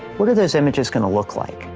what are those images gonna look like?